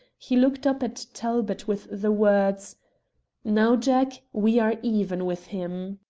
he looked up at talbot with the words now, jack, we are even with him.